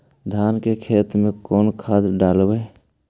धान के खेत में कौन खाद डालबै?